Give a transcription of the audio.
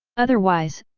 otherwise,